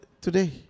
Today